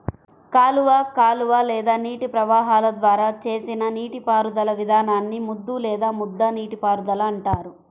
కాలువ కాలువ లేదా నీటి ప్రవాహాల ద్వారా చేసిన నీటిపారుదల విధానాన్ని ముద్దు లేదా ముద్ద నీటిపారుదల అంటారు